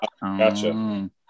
Gotcha